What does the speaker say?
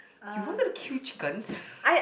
you wanted to queue chickens